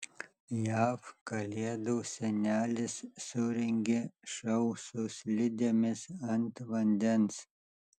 jav kalėdų senelis surengė šou su slidėmis ant vandens